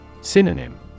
Synonym